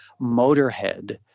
Motorhead